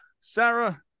Sarah